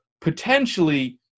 potentially